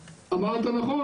הממונה על השכר,